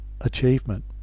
achievement